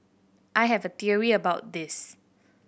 I have a theory about this